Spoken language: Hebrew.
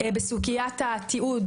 בסוגיית התיעוד